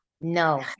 No